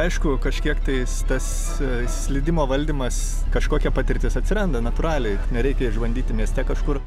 aišku kažkiek tais tas slydimo valdymas kažkokia patirtis atsiranda natūraliai nereikia išbandyti mieste kažkur